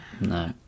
No